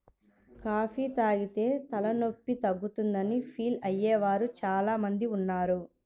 coffee తాగితేనే తలనొప్పి తగ్గుతుందని ఫీల్ అయ్యే వారు చాలా మంది ఉన్నారు